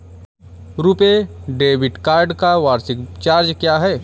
RuPay debit card का वार्षिक charge क्या है?